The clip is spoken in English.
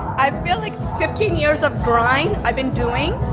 i feel like fifteen years of grind i been doing,